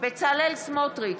בצלאל סמוטריץ'